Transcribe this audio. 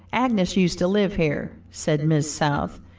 agnes used to live here, said miss south,